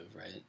right